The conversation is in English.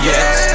Yes